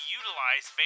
utilize